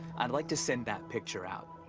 i'd like to send that picture out.